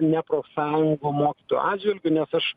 ne profsąjungų o mokytojų atžvilgiu nes aš